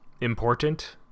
important